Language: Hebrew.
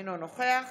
אינו נוכח